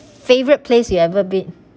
favourite place you ever been